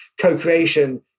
co-creation